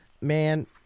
man